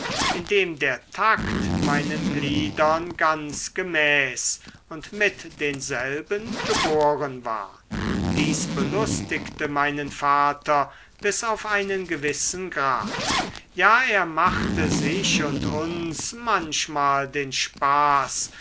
indem der takt meinen gliedern ganz gemäß und mit denselben geboren war dies belustigte meinen vater bis auf einen gewissen grad ja er machte sich und uns manchmal den spaß